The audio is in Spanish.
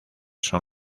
son